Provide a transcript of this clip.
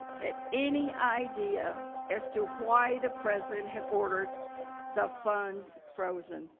had any idea as to why the president had ordered the funds frozen.